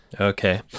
okay